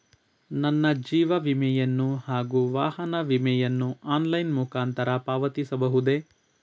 ನನ್ನ ಜೀವ ವಿಮೆಯನ್ನು ಹಾಗೂ ವಾಹನ ವಿಮೆಯನ್ನು ಆನ್ಲೈನ್ ಮುಖಾಂತರ ಪಾವತಿಸಬಹುದೇ?